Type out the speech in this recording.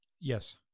Yes